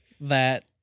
that-